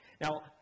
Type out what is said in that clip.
Now